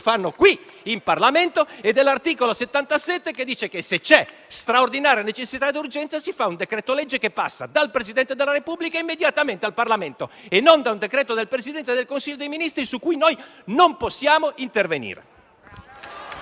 fanno qui in Parlamento e dell'articolo 77, secondo il quale, se c'è straordinaria necessità ed urgenza, il Governo adotta un decreto-legge che passa dal Presidente della Repubblica immediatamente al Parlamento e non da un decreto del Presidente del Consiglio dei ministri su cui noi non possiamo intervenire.